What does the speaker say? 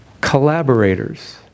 collaborators